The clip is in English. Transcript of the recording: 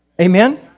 Amen